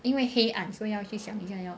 因为黑暗所以要去想一下要